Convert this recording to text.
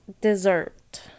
dessert